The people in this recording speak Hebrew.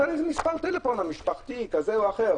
והוא נתן איזה שהוא מספר טלפון המשפחתי או כזה או אחר.